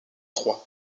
trois